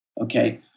okay